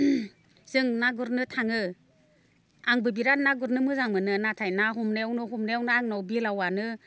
जों ना गुरनो थाङो आंबो बिराद ना गुरनो मोजां मोनो नाथाय ना हमनायावनो हमनायावनो आंनाव बेलावानो